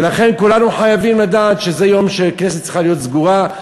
ולכן כולנו חייבים לדעת שהכנסת צריכה להיות סגורה,